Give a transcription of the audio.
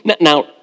now